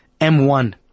M1